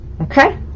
Okay